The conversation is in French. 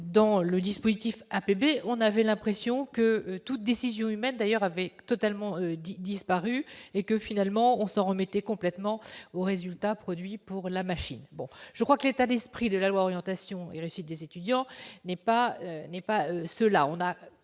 dans le dispositif APP, on avait l'impression que toute décision humaine d'ailleurs avait totalement disparu et que finalement on s'en remettait complètement au résultat produit pour la machine, bon je crois que l'état d'esprit de la loi Orientation et réussite des étudiants n'est pas n'est